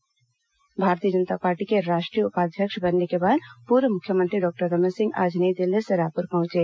भाजपा राष्ट्रीय उपाध्यक्ष भारतीय जनता पार्टी के राष्ट्रीय उपाध्यक्ष बनने के बाद पूर्व मुख्यमंत्री डॉक्टर रमन सिंह आज नई दिल्ली से रायपुर पहुंचे